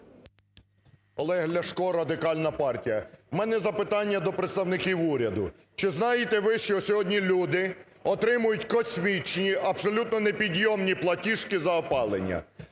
Олег Ляшко, Радикальна партія. У мене запитання до представників уряду. Чи знаєте ви, що сьогодні люди отримують космічні, абсолютно непідйомні платіжки за опалення.